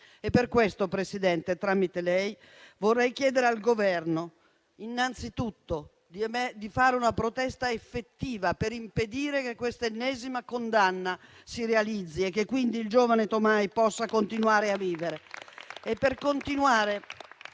Per questo, signor Presidente, tramite lei, vorrei chiedere al Governo innanzi tutto di fare una protesta effettiva per impedire che questa ennesima condanna si realizzi e che quindi il giovane Toomaj possa continuare a vivere e per continuare